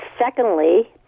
Secondly